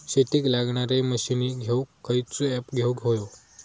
शेतीक लागणारे मशीनी घेवक खयचो ऍप घेवक होयो?